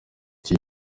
iki